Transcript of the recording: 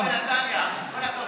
אני כל פעם, הוא, נתניה, כל הכבוד.